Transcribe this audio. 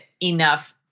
enough